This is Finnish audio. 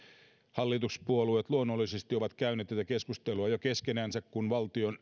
hallituspuolueet luonnollisesti ovat käyneet tätä keskustelua jo keskenänsä kun valtion